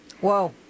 Whoa